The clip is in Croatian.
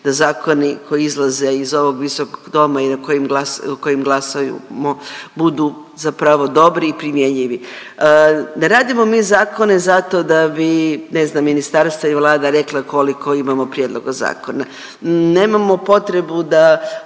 da zakoni koji izlaze iz ovog visokog doma i o kojem glasamo budu zapravo dobri i primjenjivi. Ne radimo mi zakone zato da bi ne znam ministarstvo i Vlada rekla koliko imamo prijedloga zakona, nemamo potrebu da